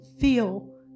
feel